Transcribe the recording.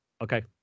Okay